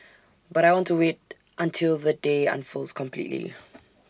but I want to wait until the day unfolds completely